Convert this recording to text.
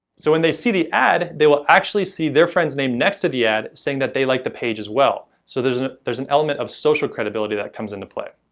so when they see the ad, they will actually see their friend's name next to ad saying that they liked the page as well. so there's an there's an element of social credibility that comes into play.